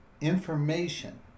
information